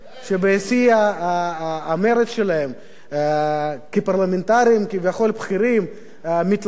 המרץ שלהם כפרלמנטרים כביכול בכירים מתלבשים על חמישה